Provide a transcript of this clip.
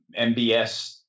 MBS